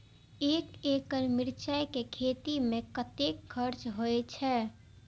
एक एकड़ मिरचाय के खेती में कतेक खर्च होय छै?